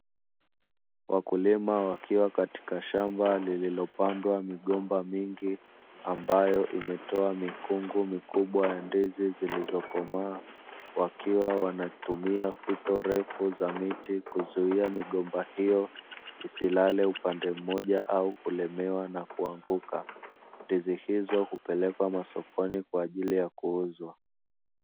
Wakulima wakiwa katika shamba lililopandwa migomba mingi ambayo imetoa mikungu mikubwa ya ndizi zilizokomaa, wakiwa wanatumia fito refu za miti kuzuia migomba hiyo isilale upande mmoja au kulemewa na kuanguka. Ndizi hizo hupelekwa masokoni kwa ajili ya kuuzwa.